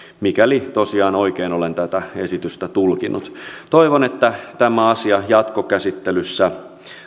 mikäli tosiaan oikein olen tätä esitystä tulkinnut toivon että tämä asia jatkokäsittelyssä